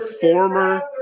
former